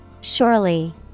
Surely